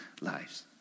lives